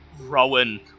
Rowan